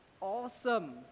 awesome